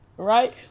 right